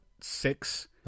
six